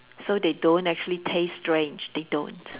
so they don't actually taste strange they don't